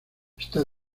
está